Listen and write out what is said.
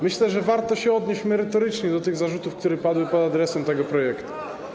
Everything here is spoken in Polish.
Myślę, że warto się odnieść merytorycznie do tych zarzutów, które padły pod adresem tego projektu.